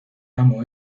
amo